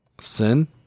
sin